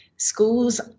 Schools